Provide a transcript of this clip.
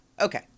Okay